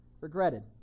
regretted